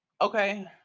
okay